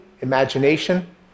imagination